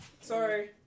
Sorry